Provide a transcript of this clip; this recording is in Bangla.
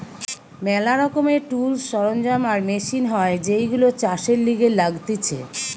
ম্যালা রকমের টুলস, সরঞ্জাম আর মেশিন হয় যেইগুলো চাষের লিগে লাগতিছে